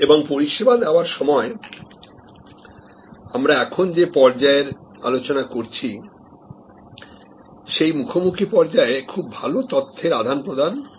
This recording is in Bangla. এবং পরিষেবা দেওয়ার সময় আমরা এখন যে পর্যায়ের আলোচনা করছি সেই মুখোমুখি পর্যায়ে খুব ভালো তথ্যের আদান প্রদান হওয়া উচিত